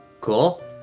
Cool